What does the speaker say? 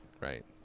Right